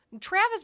Travis